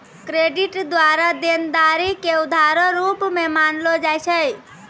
credit द्वारा देनदारी के उधारो रूप मे मानलो जाय छै